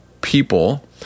people